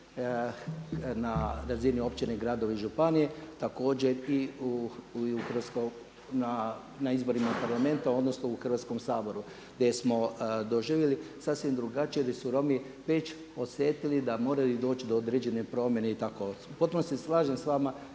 na razini općina, gradova i županija. Također i na izborima u Parlamentu, odnosno u Hrvatskom saboru gdje smo doživjeli sasvim drugačije jer su Romi već osjetili da moraju doći do određene promjene i tako u potpunosti se slažem sa vama